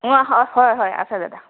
অঁ হয় হয় হয় আছে দাদা